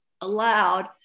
allowed